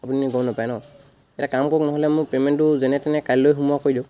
আপুনি গম নাপায় ন এটা কাম কৰক নহ'লে মোক পে'মেণ্টটো যেনে তেনে কাইলৈ সোমোৱা কৰি দিয়ক